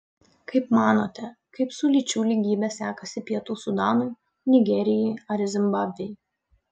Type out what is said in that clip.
kaip manote kaip su lyčių lygybe sekasi pietų sudanui nigerijai ar zimbabvei